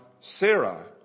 Sarah